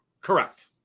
Correct